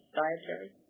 dietary